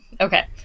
Okay